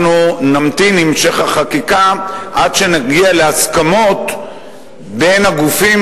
אנחנו נמתין עם המשך החקיקה עד שנגיע להסכמות בין הגופים